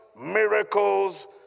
miracles